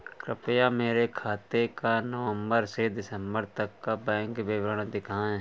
कृपया मेरे खाते का नवम्बर से दिसम्बर तक का बैंक विवरण दिखाएं?